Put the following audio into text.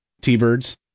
T-Birds